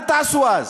מה תעשו אז?